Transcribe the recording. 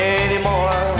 anymore